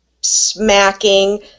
smacking